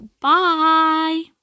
Bye